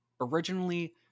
Originally